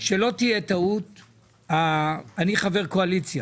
שלא תהיה טעות, אני חבר קואליציה